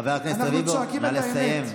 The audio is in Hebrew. חבר הכנסת רביבו, נא לסיים.